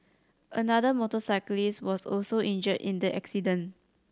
another motorcyclist was also injured in the accident